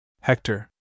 Hector